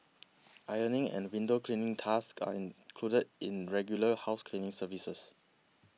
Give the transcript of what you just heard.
ironing and window cleaning tasks are included in regular house cleaning services